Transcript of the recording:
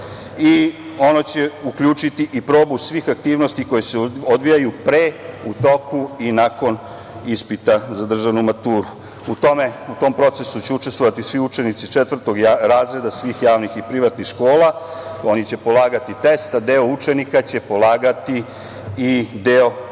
i ono će uključiti i probu svih aktivnosti koje se odvijaju pre u toku, i nakon ispita za državnu maturu. U tom procesu će učestvovati svi učenici četvrtog razreda svih javnih i privatnih škola, oni će polagati test, a deo učenika će polagati i praktični